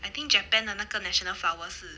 I think japan 的那个 national flower 是